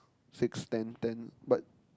six ten ten but